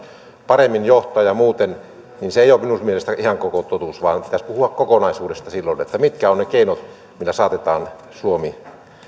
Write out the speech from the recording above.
paremmin johtaa ja muuta niin se ei ole minun mielestäni ihan koko totuus vaan pitäisi puhua kokonaisuudesta silloin mitkä ovat ne keinot millä saatetaan suomi